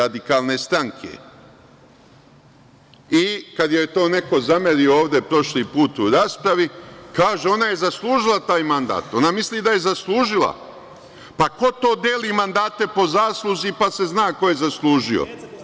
Kada joj je to neko zamerio ovde, prošli put u raspravi, kaže - ona je zaslužila taj mandat, ona misli da je zaslužila, pa ko to deli mandate po zasluzi, pa se zna ko je zaslužio?